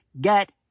get